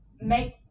make